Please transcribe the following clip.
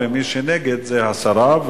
ומי שנגד, זה הסרה.